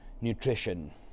nutrition